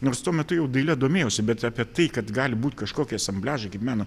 nors tuo metu jau daile domėjausi bet apie tai kad gali būti kažkokie asambliažai kaip meno